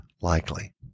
likely